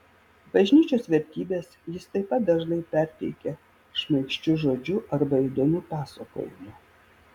bažnyčios vertybes jis taip pat dažnai perteikia šmaikščiu žodžiu arba įdomiu pasakojimu